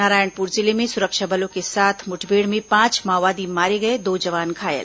नारायणपुर जिले में सुरक्षा बलों के साथ मुठभेड़ में पांच माओवादी मारे गए दो जवान घायल